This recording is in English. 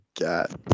God